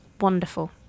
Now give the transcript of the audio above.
wonderful